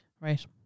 Right